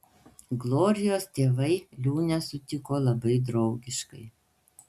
glorijos tėvai liūnę sutiko labai draugiškai